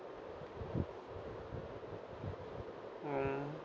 mm